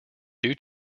due